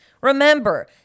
Remember